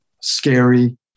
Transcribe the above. scary